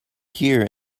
here